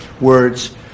words